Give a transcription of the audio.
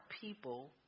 people